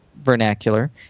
vernacular